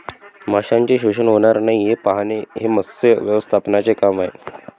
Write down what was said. माशांचे शोषण होणार नाही हे पाहणे हे मत्स्य व्यवस्थापनाचे काम आहे